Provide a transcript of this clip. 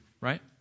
right